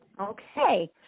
okay